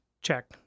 check